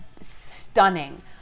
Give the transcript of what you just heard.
stunning